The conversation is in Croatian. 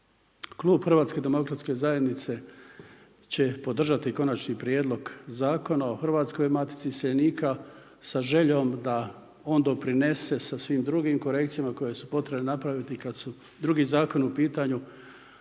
Klub Hrvatske demokratske zajednice će podržati Konačni prijedlog zakona o Hrvatskoj matici iseljenika sa željom da on doprinese sa svim drugim korekcijama koje su potrebne napraviti kad su drugi zakoni u pitanju,